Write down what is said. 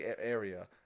area